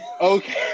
Okay